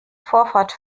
vorfahrt